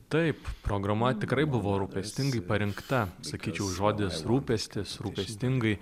taip programa tikrai buvo rūpestingai parinkta sakyčiau žodis rūpestis rūpestingai